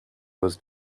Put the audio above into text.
was